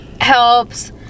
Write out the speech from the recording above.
helps